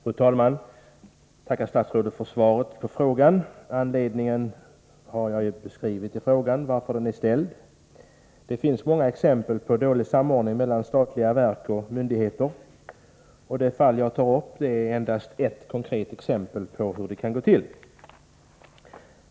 Fru talman! Jag tackar statsrådet för svaret. Anledningen till frågan har jag beskrivit i samband med att den ställdes. Samordningen är ofta dålig mellan statliga verk och myndigheter, och det fall jag tar upp är endast ett konkret exempel på hur det kan gå till.